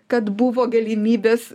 kad buvo galimybės